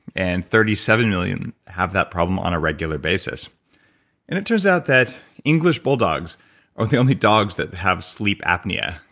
and thirty seven million have that problem on a regular basis it turns out that english bulldogs are the only dogs that have sleep apnea.